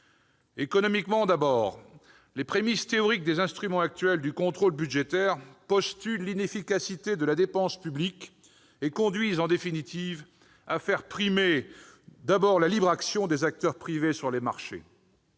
Économiquement, tout d'abord, les prémisses théoriques des instruments actuels du contrôle budgétaire postulent l'inefficacité de la dépense publique et conduisent, en définitive, à faire primer la libre action des acteurs privés sur les marchés.